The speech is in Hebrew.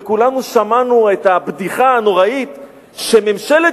וכולנו שמענו את הבדיחה הנוראה שממשלת